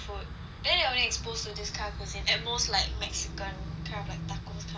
there they only exposed to this kind of cuisine at most like mexican kind of like tacos kind of thing